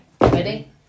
Ready